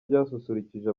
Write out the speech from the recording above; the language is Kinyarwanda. ryasusurukije